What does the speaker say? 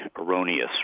erroneous